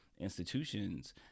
institutions